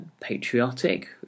Patriotic